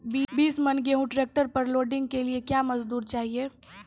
बीस मन गेहूँ ट्रैक्टर पर लोडिंग के लिए क्या मजदूर चाहिए?